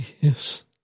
yes